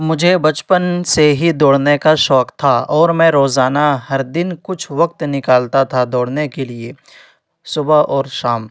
مجھے بچپن سے ہی دوڑنے کا شوق تھا اور میں روزانہ ہر دن کچھ وقت نکالتا تھا دوڑنے کے لیے صبح اور شام